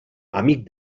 amic